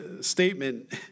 statement